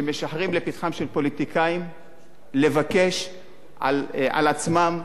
שמשחרים לפתחם של פוליטיקאים לבקש על עצמם,